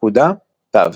פקודה תו